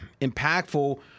impactful